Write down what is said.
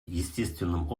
естественным